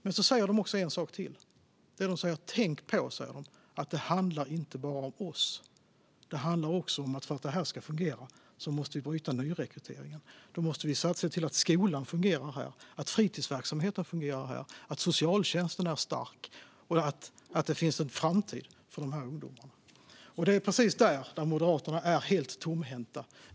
De säger också en sak till: Tänk på att det inte bara handlar om oss, utan för att det här ska fungera måste vi också bryta nyrekryteringen. Då måste vi se till att skolan och fritidsverksamheten fungerar, att socialtjänsten är stark och att det finns en framtid för ungdomarna. Det är precis där Moderaterna är helt tomhänta.